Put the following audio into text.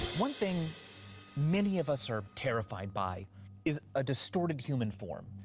one thing many of us are terrified by is a distorted human form.